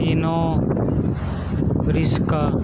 ਕੀਨੋ ਰਿਸਕਾ